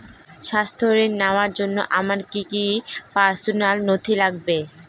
স্বাস্থ্য ঋণ নেওয়ার জন্য আমার কি কি পার্সোনাল নথি লাগবে?